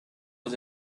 was